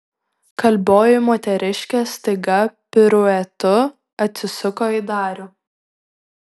kalbioji moteriškė staiga piruetu atsisuko į darių